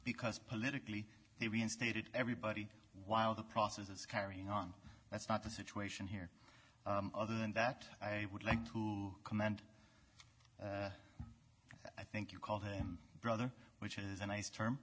because politically they reinstated everybody while the process is carrying on that's not the situation here other than that i would like to commend i think you called him brother which is a nice term